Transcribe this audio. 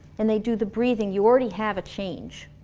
and they do the breathing, you already have a change